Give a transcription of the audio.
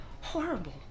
horrible